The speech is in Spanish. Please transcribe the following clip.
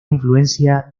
influencia